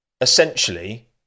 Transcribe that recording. essentially